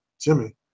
Jimmy